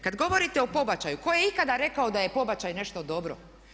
Kada govorite o pobačaju tko je ikada rekao da je pobačaj nešto dobro?